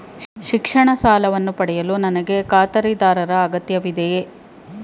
ಶಿಕ್ಷಣ ಸಾಲವನ್ನು ಪಡೆಯಲು ನನಗೆ ಖಾತರಿದಾರರ ಅಗತ್ಯವಿದೆಯೇ?